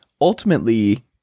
ultimately